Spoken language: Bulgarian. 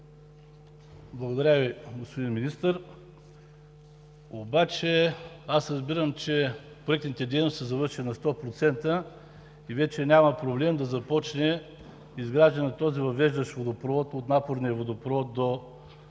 Благодаря Ви, Господин Министър! Аз разбирам, че проектните дейности са завършени на 100% и вече няма проблем да започне изграждането на този въвеждащ водопровод – от напорния водопровод до